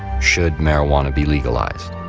should marijuana be legalized?